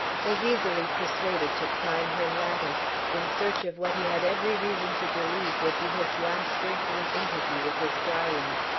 was easily persuaded to climb her lattice in search of what he had every reason to believe would be his last earthly interview with his darling.